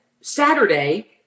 Saturday